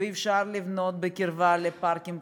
ואי-אפשר לבנות בקרבה לפארקים.